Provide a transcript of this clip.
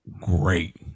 Great